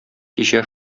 кичә